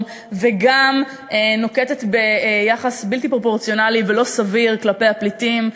וגם נוקטת יחס בלתי פרופורציונלי ולא סביר כלפי הפליטים,